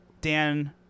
Dan